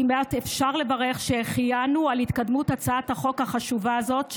כמעט אפשר לברך שהחיינו על התקדמות הצעת החוק החשובה הזאת,